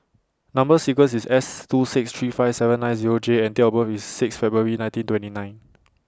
Number sequence IS S two six three five seven nine Zero J and Date of birth IS six February nineteen twenty nine